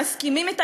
הם מסכימים לה,